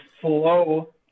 flow